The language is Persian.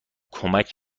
کمک